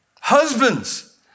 Husbands